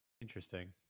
Interesting